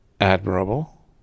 admirable